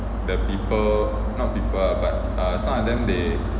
the people not people but err some of them they